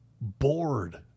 bored